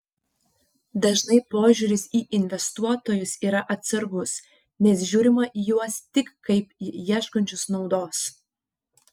dažnai požiūris į investuotojus yra atsargus nes žiūrima į juos tik kaip į ieškančius naudos